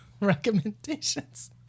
recommendations